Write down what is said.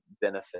benefit